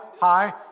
High